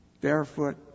barefoot